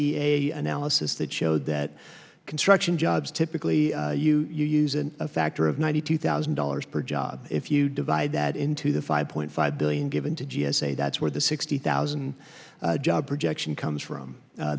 e a analysis that showed that construction jobs typically you use in a factor of ninety two thousand dollars per job if you divide that into the five point five billion given to g s a that's where the sixty thousand jobs projection comes from